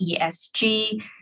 ESG